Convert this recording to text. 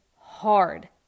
hard